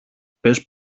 πες